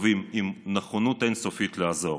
טובים, עם נכונות אין-סופית לעזור.